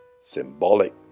symbolic